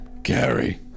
Gary